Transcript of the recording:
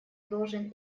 должен